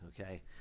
Okay